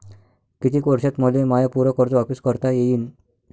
कितीक वर्षात मले माय पूर कर्ज वापिस करता येईन?